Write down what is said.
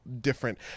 different